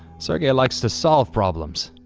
sergey likes to solve problems.